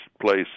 place